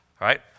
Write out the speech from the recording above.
right